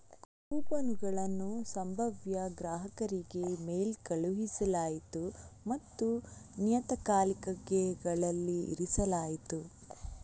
ಕೂಪನುಗಳನ್ನು ಸಂಭಾವ್ಯ ಗ್ರಾಹಕರಿಗೆ ಮೇಲ್ ಕಳುಹಿಸಲಾಯಿತು ಮತ್ತು ನಿಯತಕಾಲಿಕೆಗಳಲ್ಲಿ ಇರಿಸಲಾಯಿತು